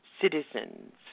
citizens